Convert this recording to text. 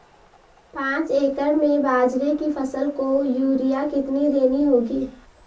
पांच एकड़ में बाजरे की फसल को यूरिया कितनी देनी होगी?